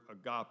agape